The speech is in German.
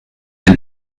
ein